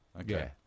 Okay